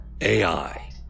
AI